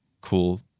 cool